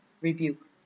rebuke